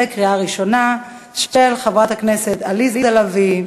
של חברות הכנסת עליזה לביא,